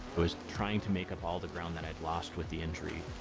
was trying to make up all the ground that i had lost with the injury.